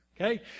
Okay